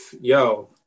yo